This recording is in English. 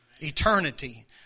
Eternity